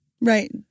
Right